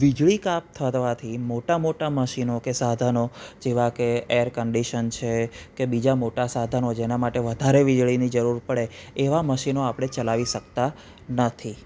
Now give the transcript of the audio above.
વીજળી કાપ થવાથી મોટા મોટા મશીનો કે સાધનો જેવા કે એરકન્ડિશન છે કે બીજા મોટા સાધનો જેના માટે વધારે વીજળીની જરૂર પડે એવા મશીનો આપણે ચલાવી શકતા નથી